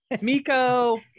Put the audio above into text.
Miko